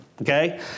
Okay